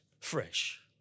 fresh